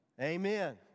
Amen